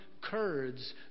Kurds